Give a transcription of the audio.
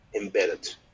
embedded